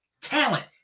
talent